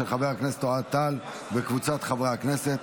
של חבר הכנסת אוהד טל וקבוצת חברי הכנסת.